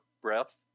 breath